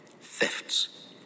thefts